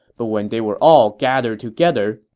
but when they were all gathered together,